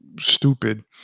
stupid